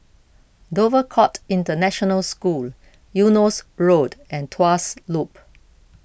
Dover Court International School Eunos Road and Tuas Loop